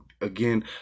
Again